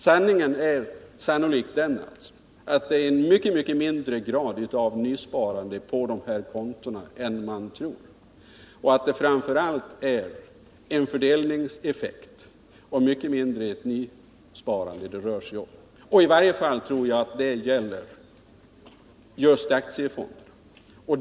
Sanningen är troligen den att det är en mycket mindre grad av nysparande på dessa konton än man tror och att det framför allt är fråga om en fördelningseffekt och i mycket liten grad om ett nysparande. I varje fall tror jag att det gäller just aktiefonderna.